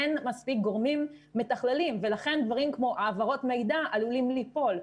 אין מספיק גורמים מתכללים ולכן דברים כמו העברות מידע עלולים ליפול,